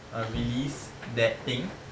err release that thing